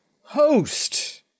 Host